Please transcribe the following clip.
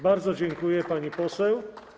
Bardzo dziękuję, pani poseł.